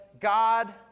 God